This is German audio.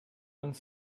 uns